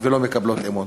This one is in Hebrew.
ולא מקבלות אמון.